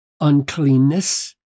uncleanness